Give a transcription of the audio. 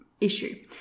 issue